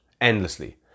endlessly